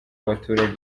abaturage